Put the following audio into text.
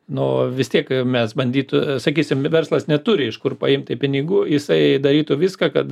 nu vis tiek mes bandytų sakysim verslas neturi iš kur paimti pinigų jisai darytų viską kad